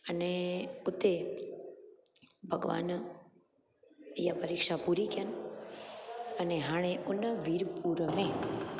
अने हुते भॻवानु इय परीक्षा पूरी कयनि अने हाणे हुन वीरपुर में